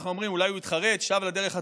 אנחנו אומרים: אולי הוא התחרט, שב לדרך הטובה,